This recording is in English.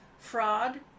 fraud